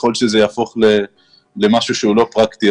ככל שזה יהפוך למשהו שזה לא פרקטי,